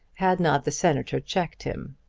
had not the senator checked him.